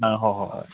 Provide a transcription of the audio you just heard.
ꯅꯪ ꯍꯣ ꯍꯣ ꯍꯣꯏ